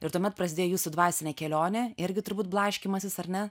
ir tuomet prasidėjo jūsų dvasinė kelionė irgi turbūt blaškymasis ar ne